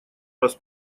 раз